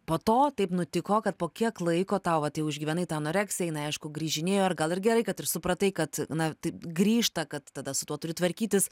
po to taip nutiko kad po kiek laiko tau vat jau išgyvenai tą anoreksiją jinai aišku grįžinėjo ar gal ir gerai kad ir supratai kad na tai grįžta kad tada su tuo turi tvarkytis